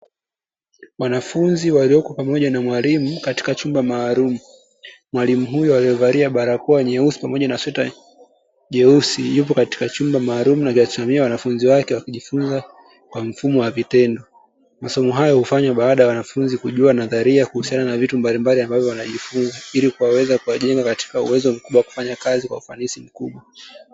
Wanafunzi waliopo pamoja na mwalimu katika chumba maalumu, mwalimu huyo aliyevalia barakoa nyeusi pamoja na sweta jeusi, yupo katika chumba maalumu akiwasimamia wanafunzi wake wakijifunza kwa mfumo wa vitendo, masomo hayo hufanywa baada ya wanafunzi kujua nadharia kuhusiana na vitu mbalimbali ambavyo wanajifunza, ili kuweza kuwajenga katika uwezo mkubwa wa kufanya kazi kwa ufanisi mkubwa.